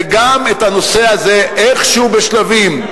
וגם את הנושא הזה איכשהו, בשלבים,